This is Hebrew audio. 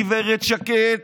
גברת שקד,